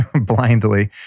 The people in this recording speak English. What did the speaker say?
blindly